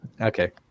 Okay